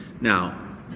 Now